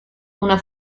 una